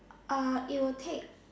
it will take